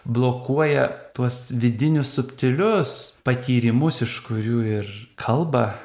blokuoja tuos vidinius subtilius patyrimus iš kurių ir kalba